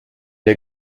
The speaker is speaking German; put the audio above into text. der